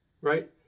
right